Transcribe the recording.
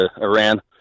Iran